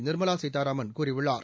நிர்மலாசீதாராமன் கூறியுள்ளார்